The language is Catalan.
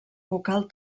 vocal